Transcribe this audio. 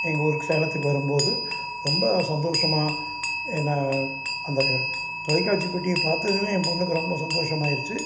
எங்கள் ஊர் சேலத்துக்கு வரும்போது ரொம்ப சந்தோஷமாக என்ன அந்த தொலைக்காட்சி பெட்டியை பார்த்ததுமே ஏன் பொண்ணுக்கு ரொம்ப சந்தோஷமாயிருச்சு